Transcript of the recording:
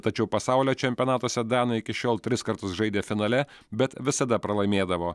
tačiau pasaulio čempionatuose danai iki šiol tris kartus žaidė finale bet visada pralaimėdavo